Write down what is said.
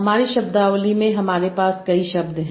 हमारी शब्दावली में हमारे पास कई शब्द हैं